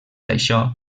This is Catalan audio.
això